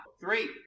three